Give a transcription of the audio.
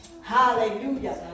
Hallelujah